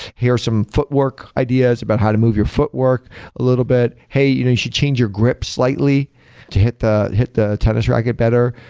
here are some footwork ideas about how to move your footwork a little bit. hey, you should change your grip slightly to hit the hit the tennis racket better,